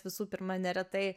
visų pirma neretai